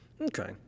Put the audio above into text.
Okay